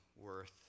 worth